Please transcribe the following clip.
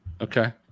okay